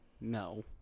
no